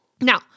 Now